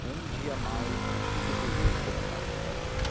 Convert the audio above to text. um dia mais e tudo ruiu como casa velha